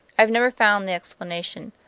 i have never found the explanation.